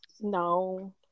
No